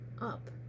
up